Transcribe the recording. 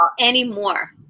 anymore